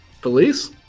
police